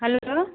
hello